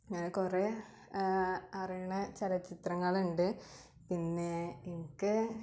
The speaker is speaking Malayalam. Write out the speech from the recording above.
ഇങ്ങനെ കുറെ അറിയുന്ന ചലച്ചിത്രങ്ങള് ഉണ്ട് പിന്നേ എനിക്ക്